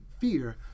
fear